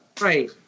right